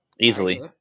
easily